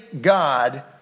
God